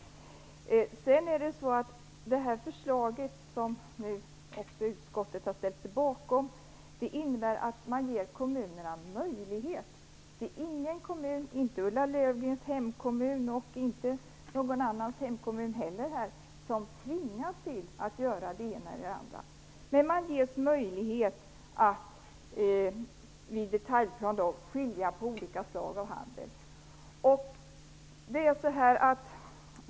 Varken i Ulla Löfgrens hemkommun eller i någon annan hemkommun tvingas man att göra det ena eller det andra, men det förslag som nu utskottet har ställt sig bakom innebär att man ger kommunerna möjlighet att i detaljplaner skilja på olika slag av handel.